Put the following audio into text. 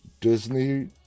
Disney